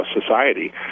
society